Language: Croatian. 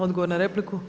Odgovor na repliku?